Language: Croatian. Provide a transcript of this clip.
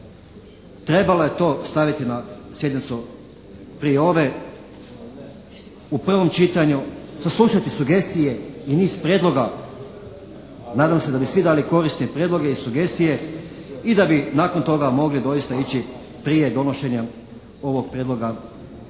Trebalo je to staviti na sjednicu prije ove, u pravom čitanju, saslušati sugestije i niz prijedloga. Nadam se da bi svi dali korisne prijedloge i sugestije i da bi nakon toga doista mogli prije donošenja ovog prijedloga